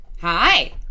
Hi